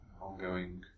ongoing